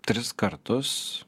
tris kartus